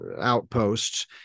outposts